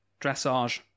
Dressage